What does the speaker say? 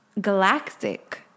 galactic